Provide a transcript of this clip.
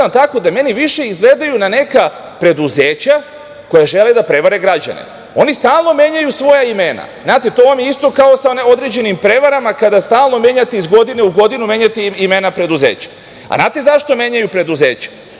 da meni više izgledaju na neka preduzeća koja žele da prevare građane. Oni stalno menjaju svoja imana. Znate, to vam je isto kao sa određenim prevarama kada stalno menjate iz godine u godinu imena preduzeća. Znate zašto menjaju preduzeća,